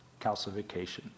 calcification